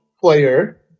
player